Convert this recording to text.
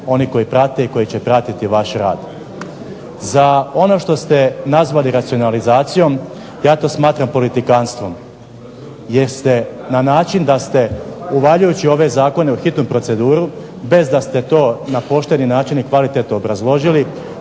oni koji prate i koji će pratiti vaš rad. Za ono što ste nazvali racionalizacijom, ja to smatram politikantstvom, jer ste na način da ste uvaljujući ove zakone u hitnu proceduru, bez da ste to na pošteni način i kvalitetno obrazložili,